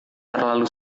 terlalu